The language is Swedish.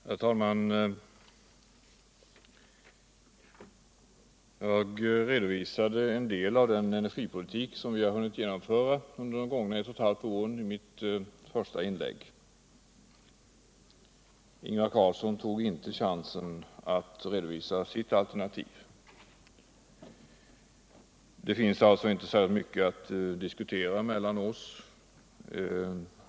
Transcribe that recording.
Herr talman! I mitt inledningsanförande redovisade jag en del av den energipolitik som vi hunnit genomföra under ett och ett halvt år. Ingvar Carlsson tog inte chansen att redovisa sitt alternativ. Det finns alltså inte särskilt mycket att diskutera mellan oss.